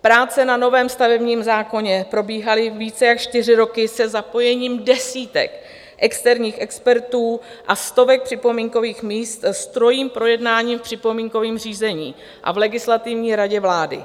Práce na novém stavebním zákoně probíhaly více než čtyři roky se zapojením desítek externích expertů a stovek připomínkových míst s trojím projednáním v připomínkovém řízení a v Legislativní radě vlády.